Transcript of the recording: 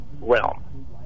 realm